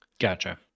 gotcha